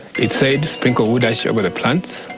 it said, sprinkle wood ash over the plants.